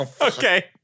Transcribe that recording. Okay